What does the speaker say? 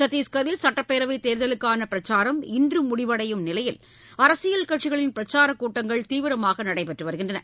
சத்தீஷ்கரில் சட்டப்பேரவை தேர்தலுக்கான பிரச்சாரம் இன்று முடிவடையும் நிலையில் அரசியல் கட்சிகள் பிரச்சாரக் கூட்டங்களை தீவிரமாக நடத்தி வருகின்றன